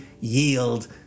yield